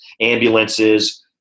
ambulances